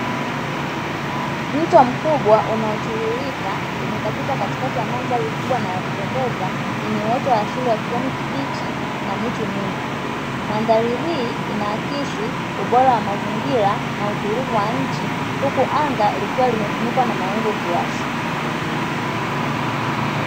Mto mkubwa unaotiririka umekatiza katikati ya mandhari kubwa na ya kupendeza yenye uoto wa asili wa kijani kibichi na miti mingi. Mandhari hii inaakisi ubora wa mazingira na utulivu wa nchi huku anga likiwa limefunikwa na mawingu kiasi.